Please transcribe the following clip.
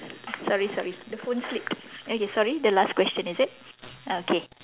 sorry sorry the phone slipped okay sorry the last question is it ah okay